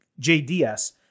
JDS